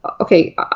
okay